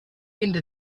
into